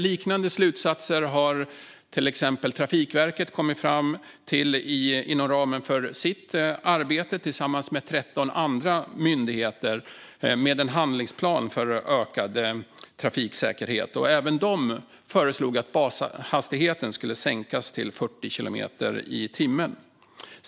Liknande slutsatser har Trafikverket kommit fram till inom ramen för sitt arbete tillsammans med 13 andra myndigheter med en handlingsplan för ökad trafiksäkerhet. Även de föreslog att bashastigheten skulle sänkas till 40 kilometer i timmen.